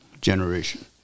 generation